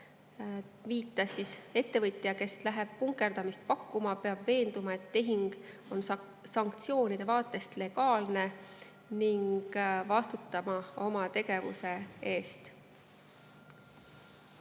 viitas, et ettevõtja, kes läheb punkerdamisteenust pakkuma, peab veenduma, et tehing on sanktsioonide vaates legaalne, ning vastutama oma tegevuse eest.